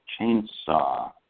Chainsaw